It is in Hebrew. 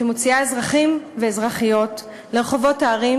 שמוציאה אזרחים ואזרחיות לרחובות הערים